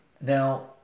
Now